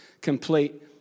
complete